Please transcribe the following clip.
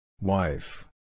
Wife